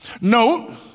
Note